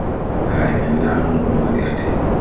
Ko jowii hite wawde cotton t-shirt so bartan mo to waawdi?